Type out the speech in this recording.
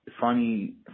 Funny